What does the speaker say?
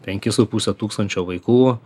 penki su puse tūkstančio vaikų